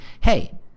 hey